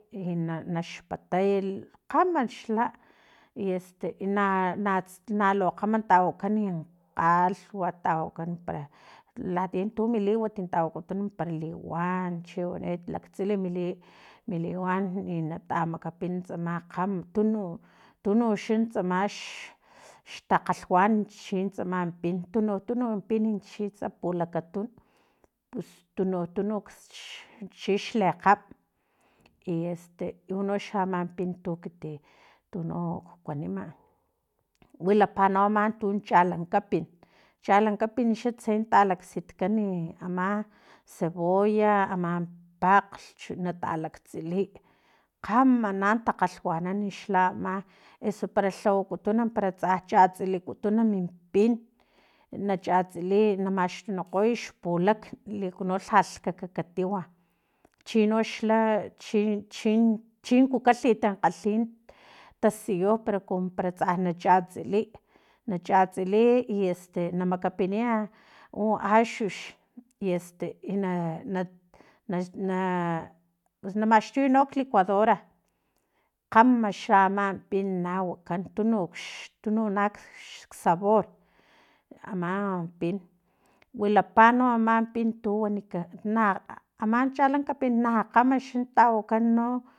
I naxpataya kgama xla i este na na na lu kgama tawakan kgalhwat tawakan para latiya tun liwat tawakutun para liwan chiwani laktsili mi li mi liwan i na tamakapini tsama na kgam tunu tunu xa tsama max xtakgalhwan chintsama pin tunu tunu pin chitsa pu lakatun pus tunu tunu kx chixlekgam i este tunoxa amam pin tu ekiti tuno wanima wilapa no man tun chalankapin chalankapin xatse laksitkan ama cebolla ama pakglhch na talaktsiliy kgama no na takgalhwanan xla ama eso para lhawakutun para tsa chatsilikutun min pin na chatsiliy i namaxtunikgoy xpulakg likunoxa lhalh kaka katiwa chinoxla chi chi chin kukahit kgalhit tasiyu pero kumu para tsa na chatsiliy na chatsiliy i este na makapiniya u axux i este na na pus na maxtuy nok licuadora kgama noxa aman pin na wakan tununk xsabor ama pin wilapa no ama pin tu wanikan na aman chalankapin na kgama xa tawakan